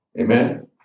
Amen